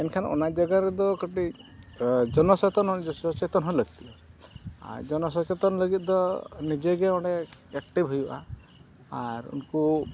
ᱢᱮᱱᱠᱷᱟᱱ ᱚᱱᱟ ᱡᱟᱭᱜᱟ ᱨᱮᱫᱚ ᱠᱟᱹᱴᱤᱡ ᱡᱚᱱᱚ ᱥᱟᱫᱷᱟᱨᱚᱱ ᱥᱚᱪᱮᱱ ᱦᱚᱸ ᱞᱟᱹᱠᱛᱤ ᱟᱨ ᱡᱚᱱᱚ ᱥᱚᱪᱮᱛᱚᱱ ᱞᱟᱹᱜᱤᱫ ᱫᱚ ᱱᱤᱡᱮ ᱜᱮ ᱚᱸᱰᱮ ᱮᱠᱴᱤᱵᱽ ᱦᱩᱭᱩᱜᱼᱟ ᱟᱨ ᱩᱱᱠᱩ